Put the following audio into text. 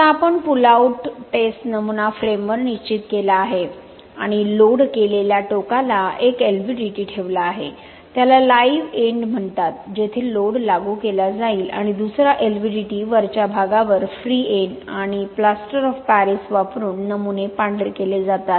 आता आपण pull out test नमुना फ्रेमवर निश्चित केला आहे आणि लोड केलेल्या टोकाला एक LVDT ठेवला आहे त्याला लाइव्ह एंड म्हणतात जेथे लोड लागू केला जाईल आणि दुसरा LVDT वरच्या भागावर फ्री एंड आणि प्लास्टर ऑफ पॅरिस वापरून नमुने पांढरे केले जातात